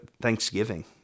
thanksgiving